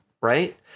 right